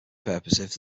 purposes